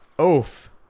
Oof